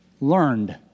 Learned